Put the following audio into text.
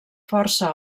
força